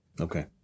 Okay